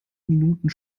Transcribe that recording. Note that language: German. minuten